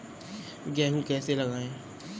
गेहूँ कैसे लगाएँ?